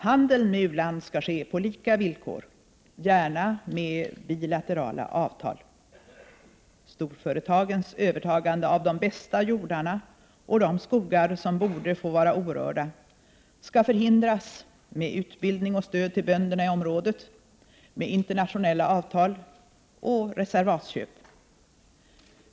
Handeln med u-land skall ske på lika villkor, gärna med bilaterala avtal. Storföretagens övertagande av de bästa jordarna och de skogar som borde få vara orörda skall förhindras med utbildning och stöd till bönderna i området, med internationella avtal och reservatsköp.